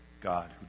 God